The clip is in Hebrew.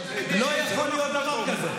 לא יכול להיות דבר כזה.